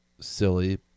silly